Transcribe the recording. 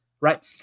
right